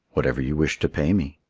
whatever you wish to pay me.